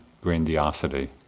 grandiosity